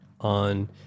on